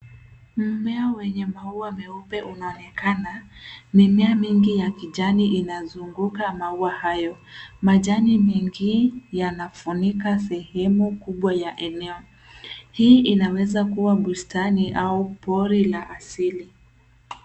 Mmea wenye maua meupe unaonekana. Mimea mingi ya kijani inazunguka maua hayo. Majani mingi yanafunika sehemu kubwa ya eneo. Hii inaweza kuwa bustani au pori la asili.